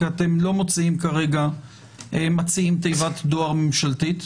כי אתם לא מציעים כרגע תיבת דואר ממשלתית,